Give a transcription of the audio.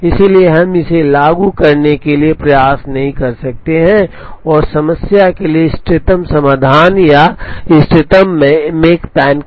इसलिए हम इसे लागू करने के लिए प्रयास नहीं कर सकते हैं और समस्या के लिए इष्टतम समाधान या इष्टतम मेकपैन प्राप्त कर सकते हैं